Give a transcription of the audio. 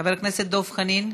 חבר הכנסת דב חנין,